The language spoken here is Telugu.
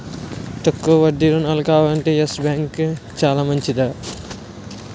తక్కువ వడ్డీ రుణాలు కావాలంటే యెస్ బాంకు చాలా మంచిదిరా